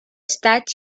start